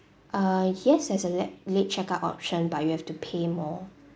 uh yes there is a lat~ late check out option but you have to pay more